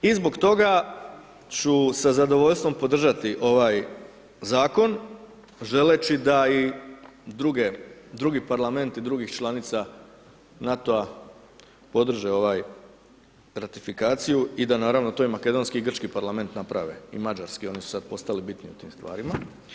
I zbog toga, ću sa zadovoljstvom podržati ovaj zakon, želeći da i drugi parlamenti, drugih članica NATO-a podrže ovaj ratifikaciju i da naravno, to makedonski i grčki parlament napravi i mađarski, oni su sada postali bitni u tim stvarima.